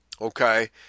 okay